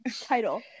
Title